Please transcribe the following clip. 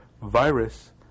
virus